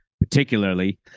particularly